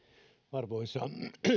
arvoisa